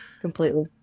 completely